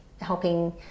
helping